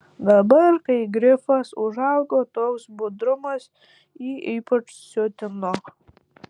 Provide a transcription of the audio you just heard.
dabar kai grifas užaugo toks budrumas jį ypač siutino